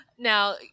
Now